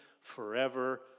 forever